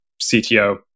CTO